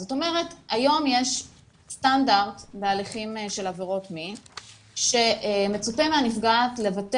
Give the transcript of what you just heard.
זאת אומרת היום יש סטנדרט בהליכים של עבירות מין שמצופה מהנפגעת לוותר